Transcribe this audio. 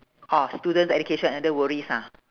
orh student education and no worries ah